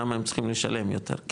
למה הם צריכים לשלם יותר,